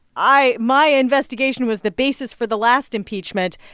i my investigation was the basis for the last impeachment.